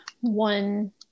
one